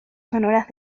sonoras